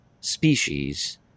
species